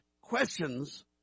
questions